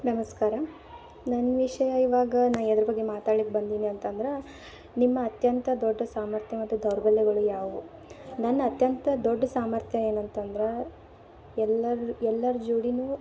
ನಮಸ್ಕಾರ ನನ್ನ ವಿಷಯ ಇವಾಗ ನಾ ಎದ್ರ ಬಗ್ಗೆ ಮಾತಾಡ್ಲಿಕ್ಕೆ ಬಂದೀನಿ ಅಂತಂದ್ರೆ ನಿಮ್ಮ ಅತ್ಯಂತ ದೊಡ್ಡ ಸಾಮರ್ಥ್ಯ ಮತ್ತು ದೌರ್ಬಲ್ಯಗಳು ಯಾವುವು ನನ್ನ ಅತ್ಯಂತ ದೊಡ್ಡ ಸಾಮರ್ಥ್ಯ ಏನಂತಂದ್ರೆ ಎಲ್ಲರ ಎಲ್ಲರ ಜೋಡಿಯೂ